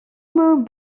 more